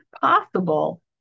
possible